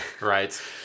Right